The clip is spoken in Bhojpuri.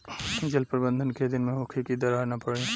जल प्रबंधन केय दिन में होखे कि दरार न पड़ी?